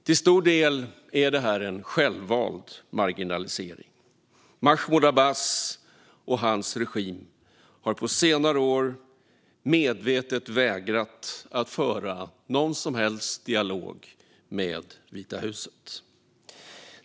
Till stor del är det en självvald marginalisering. Mahmud Abbas och hans regim har på senare år medvetet vägrat att föra någon som helst dialog med Vita huset.